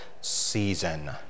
season